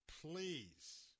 please